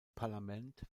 parlament